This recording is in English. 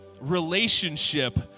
relationship